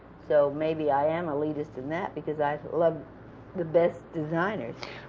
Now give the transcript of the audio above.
so maybe i am elitist in that, because i love the best designers.